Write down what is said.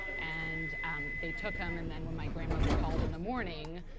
and um they took him. and then when my grandmother called in the morning,